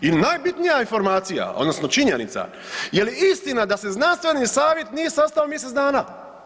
I najbitnija informacija odnosno činjenica jel istina da se znanstveni savjet nije sastao mjesec dana?